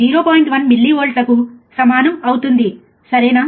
1 మిల్లీవోల్ట్లకు సమానం అవుతుంది సరేనా